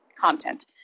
content